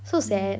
mm